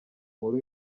nkuru